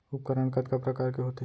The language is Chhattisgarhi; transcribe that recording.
उपकरण कतका प्रकार के होथे?